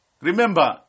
Remember